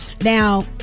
now